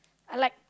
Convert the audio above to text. I like